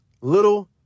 little